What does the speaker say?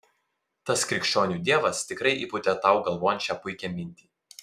tas krikščionių dievas tikrai įpūtė tau galvon šią puikią mintį